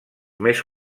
més